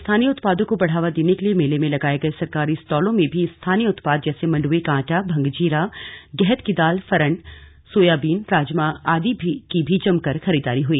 स्थानीय उत्पादों को बढावा देने के लिए मेले में लगाये गये सरकारी स्टालों में भी स्थानीय उत्पाद जैसे मंडुवे का आटा भंगजीरा गहत की दाल फरण सोयाबीन राजमा आदि की भी जमकर खरीदारी हुई